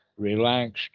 relaxed